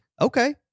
Okay